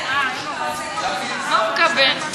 מה הוא מקבל,